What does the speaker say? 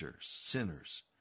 sinners